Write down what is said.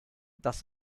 das